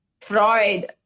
Freud